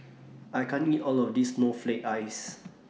I can't eat All of This Snowflake Ice